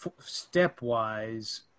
stepwise